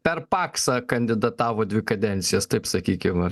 per paksą kandidatavo dvi kadencijas taip sakykim ar